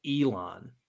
Elon